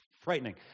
frightening